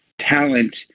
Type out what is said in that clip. talent